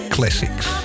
Classics